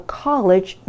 college